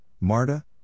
Marta